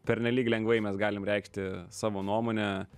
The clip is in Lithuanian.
pernelyg lengvai mes galim reikšti savo nuomonę